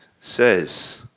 says